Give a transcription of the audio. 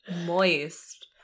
moist